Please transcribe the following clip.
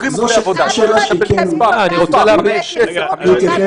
תשאל אותם אם מקבלים הודעות פרטי ייצוג על ידי משרדים של עורכי דין.